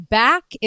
back